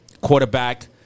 quarterback